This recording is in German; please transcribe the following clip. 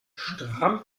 stramm